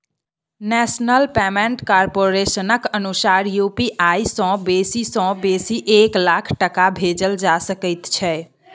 national payment कारपोरेशनक अनुसार UPI सँ बेसी सँ बेसी एक लाख टका भेजल जा सकै छै